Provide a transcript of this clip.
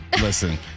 listen